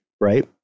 right